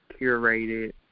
curated